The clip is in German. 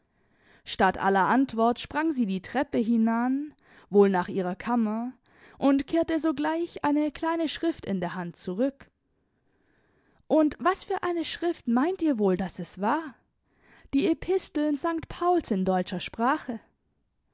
statt aller antwort sprang sie die treppe hinan wohl nach ihrer kammer und kehrte sogleich eine kleine schrift in der hand zurück und was für eine schrift meint ihr wohl daß es war die episteln sankt pauls in deutscher sprache